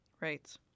Right